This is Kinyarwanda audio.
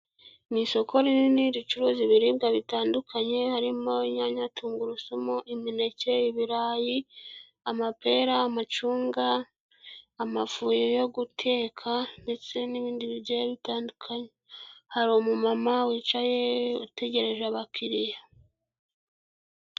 Ni isoko rinini ricuruza ibiribwa bitandukanye, harimo: inyanya, tungurusumu, imineke, ibirayi, amapera, amacunga, amafu yo guteka ndetse n'ibindi bigiye bitandukanye, hari umumama wicaye utegereje abakiriya.